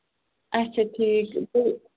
اَچھا ٹھیٖک تہٕ